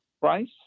price